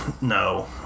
No